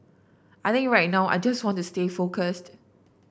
I think right now I just want to stay focused